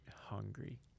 hungry